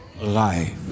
life